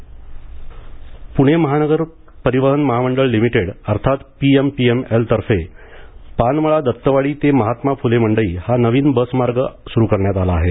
प्णे महानगर परिवहन महामंडळ लिमिटेड अर्थात पीएमपीएमएल तर्फे पानमळा दत्तवाडी ते महात्मा फुले मंडई हा नवीन बस मार्ग सुरू करण्यात आला आहे